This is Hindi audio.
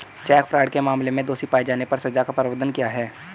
चेक फ्रॉड के मामले में दोषी पाए जाने पर सजा का प्रावधान है